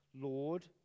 Lord